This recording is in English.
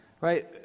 Right